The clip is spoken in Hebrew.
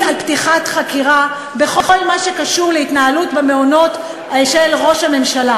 על פתיחת חקירה בכל מה שקשור להתנהלות במעונות של ראש הממשלה.